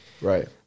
Right